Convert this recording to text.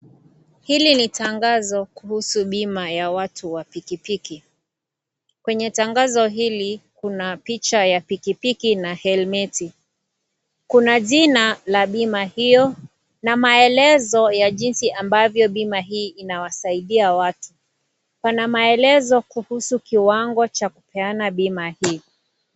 Hili ni tangazo kuhusu bima ya watu wa pikipiki. Kwenye tangazo hili kuna picha ya pikipiki na helmeti. Kuna jina la bima hiyo na maelezo ya jinsi ambavyo bima hii inawasaidia watu. Pana maelezo kuhusu kiwango cha kupeana bima hii.